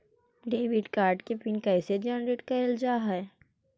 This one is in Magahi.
डेबिट कार्ड के पिन कैसे जनरेट करल जाहै?